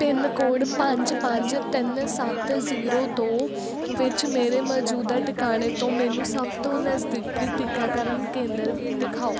pin code ਪੰਜ ਪੰਜ ਤਿੰਨ ਸੱਤ ਜ਼ੀਰੋ ਦੋ ਵਿੱਚ ਮੇਰੇ ਮੌਜੂਦਾ ਟਿਕਾਣੇ ਤੋਂ ਮੈਨੂੰ ਸਭ ਤੋਂ ਨਜ਼ਦੀਕੀ ਟੀਕਾਕਰਨ ਕੇਂਦਰ ਦਿਖਾਓ